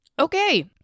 okay